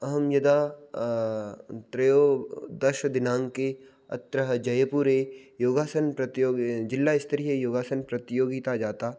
अहं यदा त्रयोदशदिनाङ्के अत्र जयपुरे योगासनप्रतियोगि जिलास्तरीययोगासनप्रतियोगिता जाता